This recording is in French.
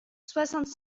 soixante